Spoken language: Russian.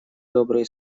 добрые